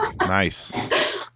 nice